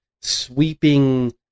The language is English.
sweeping